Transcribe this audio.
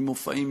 ממופעים,